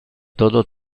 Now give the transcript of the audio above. todo